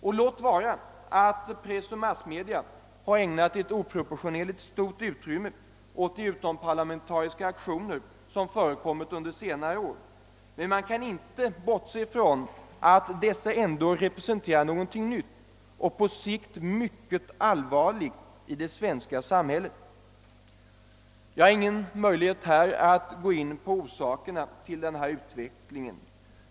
Och låt vara att press och massmedia har ägnat ett oproportionerligt stort utrymme åt utomparlamentariska aktioner som förekommit under senare år — men man kan inte bortse från att dessa ändå representerar någonting nytt och på sikt mycket allvarligt i det svenska samhället. Jag har ingen möjlighet att här gå in på orsakerna till denna utveckling.